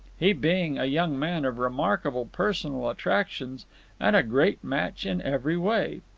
he being a young man of remarkable personal attractions and a great match in every way.